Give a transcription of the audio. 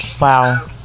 Wow